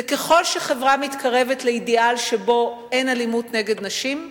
זה ככל שחברה מתקדמת לאידיאל שבו אין אלימות נגד נשים,